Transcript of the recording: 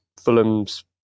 Fulham's